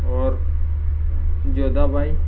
और जोधाबाई